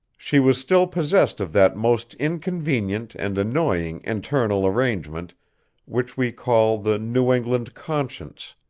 she was still possessed of that most inconvenient and annoying internal arrangement which we call the new england conscience,